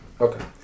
Okay